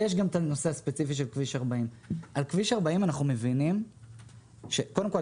ויש גם את הנושא הספציפי של כביש 40. קודם כל,